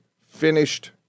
finished